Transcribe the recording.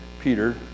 Peter